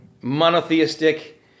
monotheistic